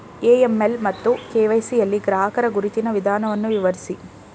AML ಮತ್ತು KYC ಯಲ್ಲಿ ಗ್ರಾಹಕರ ಗುರುತಿನ ವಿಧಾನವನ್ನು ವಿವರಿಸಿ?